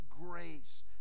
grace